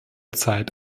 zeit